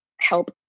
help